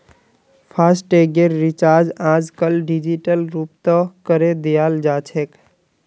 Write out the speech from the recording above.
फासटैगेर recharge आजकल digital रूपतों करे दियाल जाछेक